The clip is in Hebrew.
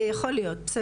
יכול להיות, בסדר.